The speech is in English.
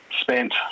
spent